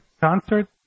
concert